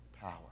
power